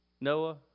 Noah